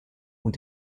und